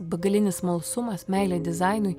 begalinis smalsumas meilė dizainui